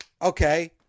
Okay